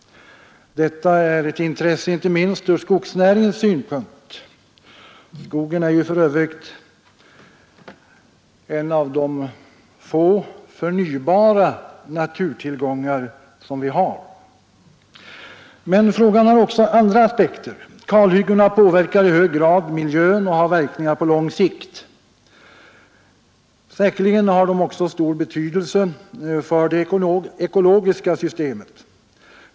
Detta är ett intresse inte minst ur skogsnäringens synpunkt. Skogen är ju för övrigt en av de få förnybara naturtillgångar som vi har. Men frågan har också andra aspekter. Kalhyggena påverkar i hög grad miljön och har verkningar på lång sikt. Säkerligen har de också stor betydelse för det ekologiska systemet.